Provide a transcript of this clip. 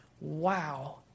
Wow